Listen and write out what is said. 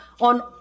on